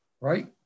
Right